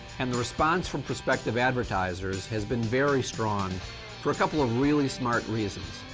and the response from prospective advertisers has been very strong for a couple of really smart reasons.